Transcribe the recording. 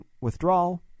withdrawal